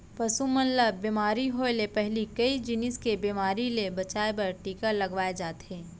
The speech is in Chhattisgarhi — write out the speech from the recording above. पसु मन ल बेमारी होय ले पहिली कई जिनिस के बेमारी ले बचाए बर टीका लगवाए जाथे